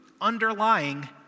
underlying